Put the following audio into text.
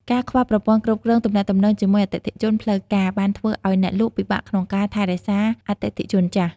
ការខ្វះប្រព័ន្ធគ្រប់គ្រងទំនាក់ទំនងជាមួយអតិថិជន ផ្លូវការបានធ្វើឱ្យអ្នកលក់ពិបាកក្នុងការថែរក្សាអតិថិជនចាស់។